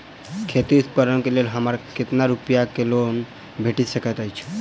खेती उपकरण केँ लेल हमरा कतेक रूपया केँ लोन भेटि सकैत अछि?